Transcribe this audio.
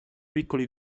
piccoli